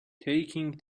taking